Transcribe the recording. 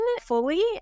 fully